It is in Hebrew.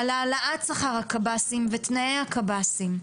העלאת שכר הקבסי"ם ותנאי הקבסי"ם.